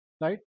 right